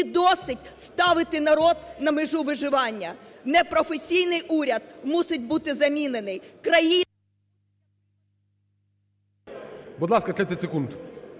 Будь ласка, 30 секунд.